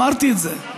אמרתי את זה.